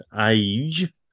age